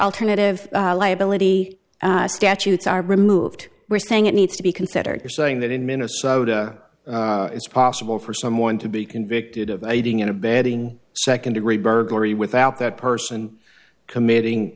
alternative liability statutes are removed we're saying it needs to be considered you're saying that in minnesota it's possible for someone to be convicted of aiding and abetting second degree burglary without that person committing